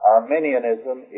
Arminianism